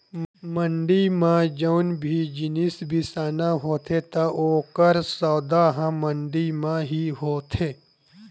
मंड़ी म जउन भी जिनिस बिसाना होथे त ओकर सौदा ह मंडी म ही होथे